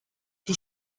die